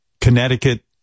Connecticut